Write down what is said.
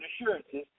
assurances